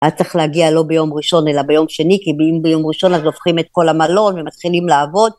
אז צריך להגיע לא ביום ראשון אלא ביום שני כי אם ביום ראשון אז הופכים את כל המלון ומתחילים לעבוד